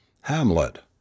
Hamlet